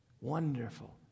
Wonderful